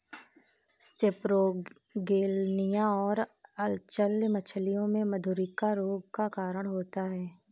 सेपरोगेलनिया और अचल्य मछलियों में मधुरिका रोग का कारण होता है